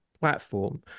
platform